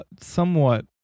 somewhat